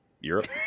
europe